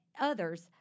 others